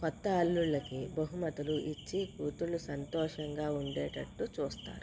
కొత్త అల్లుళ్లకి బహుమతులు ఇచ్చి కూతుళ్ళు సంతోషంగా ఉండేటట్టు చూస్తారు